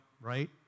right